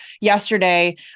yesterday